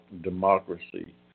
democracy